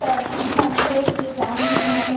परधानमंतरी किसान मन